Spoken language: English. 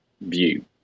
view